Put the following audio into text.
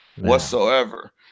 whatsoever